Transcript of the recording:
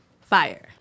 fire